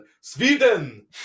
Sweden